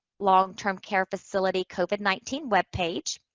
long-term care facility covid nineteen webpage,